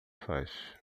faz